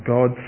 God